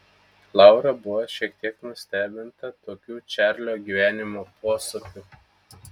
laura buvo šiek tiek nustebinta tokių čarlio gyvenimo posūkių